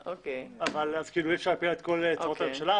אז אי אפשר להפיל עליה את כל צרות הממשלה.